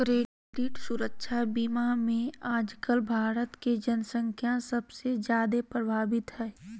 credit सुरक्षा बीमा मे आजकल भारत के जन्संख्या सबसे जादे प्रभावित हय